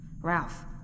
Ralph